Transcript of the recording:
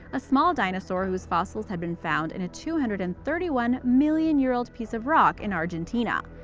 a small dinosaur whose fossils had been found in a two hundred and thirty one million-year-old piece of rock in argentina.